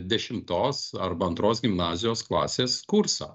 dešimtos arba antros gimnazijos klasės kursą